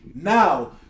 Now